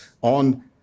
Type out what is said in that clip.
on